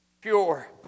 pure